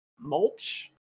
mulch